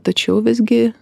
tačiau visgi